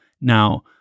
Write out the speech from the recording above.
Now